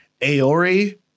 Aori